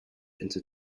into